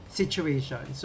situation